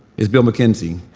is bill mckenzie,